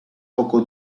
poco